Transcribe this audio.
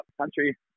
country